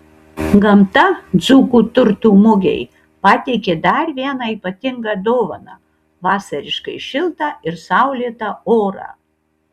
gamta dzūkų turtų mugei pateikė dar vieną ypatingą dovaną vasariškai šiltą ir saulėtą orą